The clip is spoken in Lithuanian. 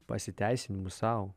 pasiteisinimų sau